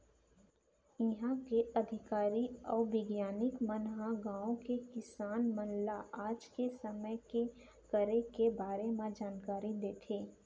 इहॉं के अधिकारी अउ बिग्यानिक मन ह गॉंव के किसान मन ल आज के समे के करे के बारे म जानकारी देथे